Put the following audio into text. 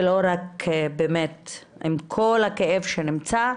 עם כל הכאב שנמצא,